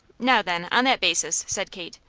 now, then, on that basis, said kate,